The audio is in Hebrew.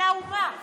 חברת